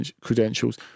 credentials